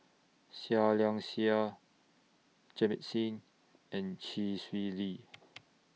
Seah Liang Seah Jamit Singh and Chee Swee Lee